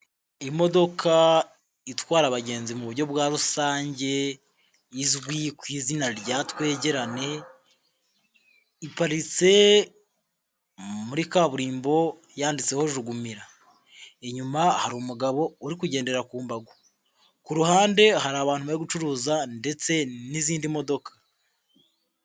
Imodoka itwara abagenzi mu buryo bwa rusange izwi ku izina rya twegerane, iparitse muri kaburimbo yanditseho jugumira, inyuma hari umugabo uri kugendera ku mbago, ku ruhande hari abantu bari gucuruza ndetse n'izindi modoka.